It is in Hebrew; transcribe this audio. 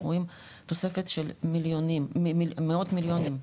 אנחנו רואים תוספת של מאות מיליונים,